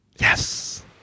Yes